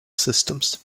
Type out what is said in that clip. systems